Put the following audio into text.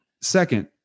second